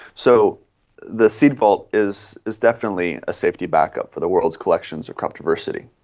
so the seed vault is is definitely a safety backup for the world's collections of crop diversity.